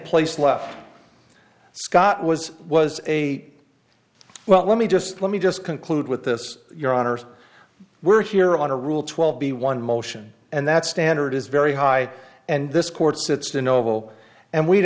place left scott was was a well let me just let me just conclude with this your honor we're here on a rule twelve b one motion and that standard is very high and this court sits in oval and we'd